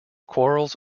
quarrels